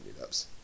meetups